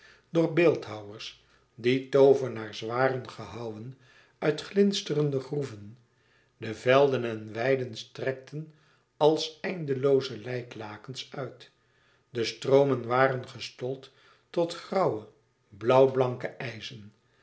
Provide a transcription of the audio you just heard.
door beeldhouwers die toovenaars waren gehouwen uit glinsterende groeven de velden en weiden strekten als eindelooze lijklakens uit de stroomen waren gestold tot grauwe blauwblanke ijzen